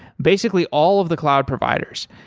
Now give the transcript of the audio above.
basically all of the cloud providers.